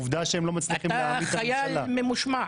עובדה שהם לא מצליחים --- אתה חייל ממושמע.